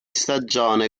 stagione